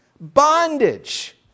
bondage